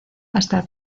hasta